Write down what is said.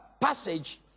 passage